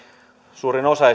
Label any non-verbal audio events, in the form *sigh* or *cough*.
suurin osa *unintelligible*